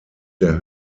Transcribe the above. der